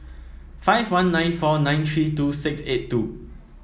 five one nine four nine three two six eight two